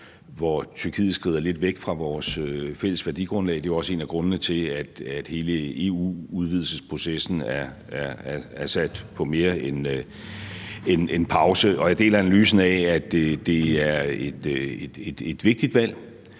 hvor Tyrkiet skrider lidt væk fra vores fælles værdigrundlag. Det er jo også en af grundene til, at hele EU-udvidelsesprocessen er sat på mere end pause. Og jeg deler analysen af, at det er et vigtigt valg.